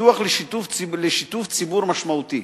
ופתוח לשיתוף ציבור משמעותי.